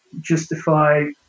justify